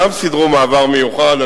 גם סידרו מעבר מיוחד.